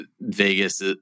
Vegas